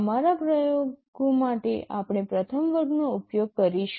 અમારા પ્રયોગોમાં આપણે પ્રથમ વર્ગનો ઉપયોગ કરીશું